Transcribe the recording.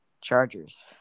Chargers